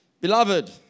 beloved